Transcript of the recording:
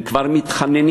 הם כבר מתחננים,